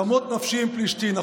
תמות נפשי עם פלשתים.